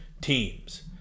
teams